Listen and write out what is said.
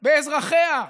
באזרחיה,